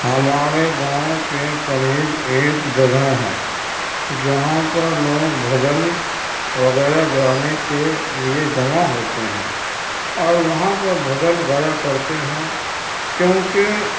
ہمارے گاؤں کے قریب ایک جگہ ہے جہاں پر لوگ بھجن وغیرہ گانے کے لیے جمع ہوتے ہیں اور وہاں پر بھجن گایا کرتے ہیں کیونکہ